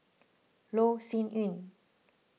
Loh Sin Yun